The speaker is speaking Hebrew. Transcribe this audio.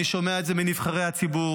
אני שומע את זה מנבחרי הציבור.